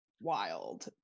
wild